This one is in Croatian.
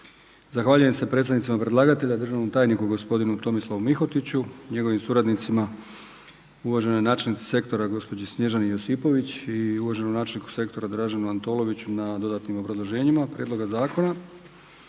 Zahvaljujem se predstavnicima predlagatelja državnom tajniku gospodinu Tomislavu Mihotiću njegovim suradnicima uvaženoj načelnici sektora gospođi Snježani Josipović i uvaženom načelniku sektora Draženu Antoloviću na dodatnim obrazloženjima prijedloga zakona.